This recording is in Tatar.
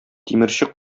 тимерче